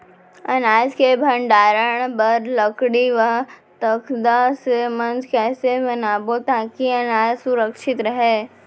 अनाज के भण्डारण बर लकड़ी व तख्ता से मंच कैसे बनाबो ताकि अनाज सुरक्षित रहे?